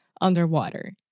underwater